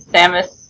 Samus